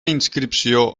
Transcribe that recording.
inscripció